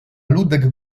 ludek